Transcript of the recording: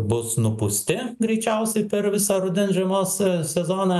bus nupūsti greičiausiai per visą rudens žiemos sezoną